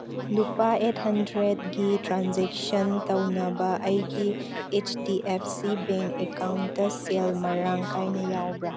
ꯂꯨꯄꯥ ꯑꯩꯠ ꯍꯟꯗ꯭ꯔꯦꯠꯒꯤ ꯇ꯭ꯔꯥꯟꯖꯦꯛꯁꯟ ꯇꯧꯅꯕ ꯑꯩꯒꯤ H D F C bank account ꯁꯦꯜ ꯃꯔꯥꯡ ꯀꯥꯏꯅ ꯌꯥꯎꯕ꯭ꯔꯥ